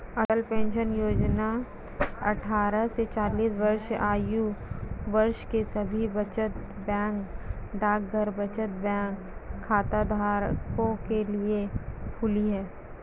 अटल pension Yojana अट्ठारह से चालीस वर्ष आयु वर्ग के सभी बचत बैंक डाकघर बचत बैंक खाताधारकों के लिए खुली है